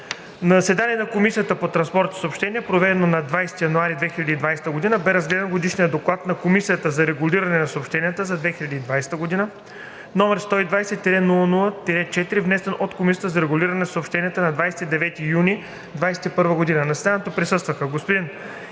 заседание на Комисията по транспорт и съобщения, проведено на 20 януари 2022 г., бе разгледан Годишният доклад на Комисията за регулиране на съобщенията за 2020 г., № 120-00-4, внесен от Комисията за регулиране на съобщенията на 29 юни 2021 г. На заседанието присъстваха: